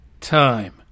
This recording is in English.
time